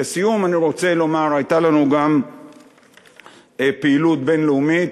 לסיום אני רוצה לומר שהייתה לנו גם פעילות בין-לאומית.